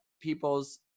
people's